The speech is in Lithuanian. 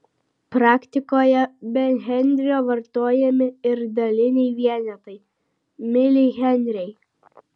praktikoje be henrio vartojami ir daliniai vienetai milihenriai